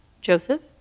Joseph